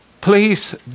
please